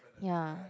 ya